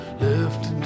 left